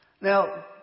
Now